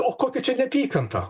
o kokia čia neapykanta